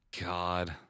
God